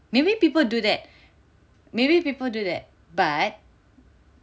maybe people do that maybe people do that but